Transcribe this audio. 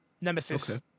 Nemesis